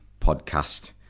podcast